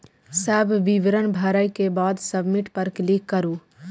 सब विवरण भरै के बाद सबमिट पर क्लिक करू